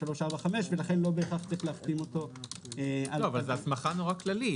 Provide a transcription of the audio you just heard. ולכן לא צריך בהכרח צריך להחתים אותו- -- זו הסמכה כללית,